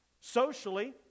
Socially